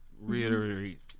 reiterate